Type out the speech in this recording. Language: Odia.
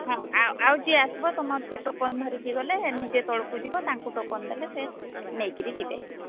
ହଁ ଆଉ ଆଉ ଯିଏ ଆସିବ ତୁମର ସେ ଟୋକନ ଧରିକି ଗଲେ ନିଜେ ତଳକୁ ଯିବେ ତାଙ୍କୁ ଟୋକନ୍ ଦେଲେ ସେ ନେଇକରି ଯିବେ